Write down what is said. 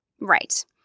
Right